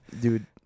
Dude